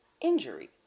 injury